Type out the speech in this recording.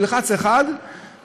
תלחץ 1 ותשמע,